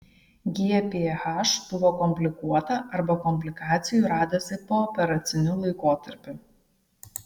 gph buvo komplikuota arba komplikacijų radosi pooperaciniu laikotarpiu